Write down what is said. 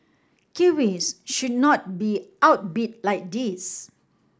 kiwis should not be outbid like this